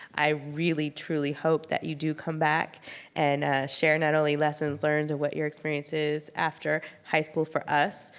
i really truly hope that you do come back and share not only lessons learned and what your experience is after high school for us,